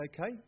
okay